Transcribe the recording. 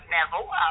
Neville